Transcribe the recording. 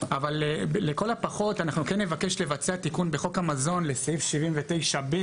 אבל לכל הפחות אנחנו כן נבקש לבצע תיקון בחוק המזון לסעיף 79(ב).